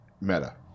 meta